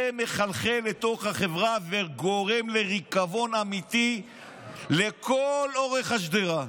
זה מחלחל לתוך החברה וגורם לריקבון אמיתי לכל אורך השדרה,